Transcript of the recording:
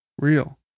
Real